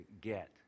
get